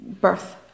birth